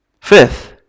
Fifth